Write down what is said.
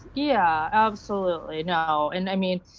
yeah, absolutely. no, and, i mean,